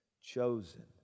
chosen